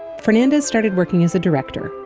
fernandez started working as a director,